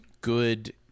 good